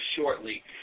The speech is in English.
shortly